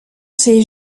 ces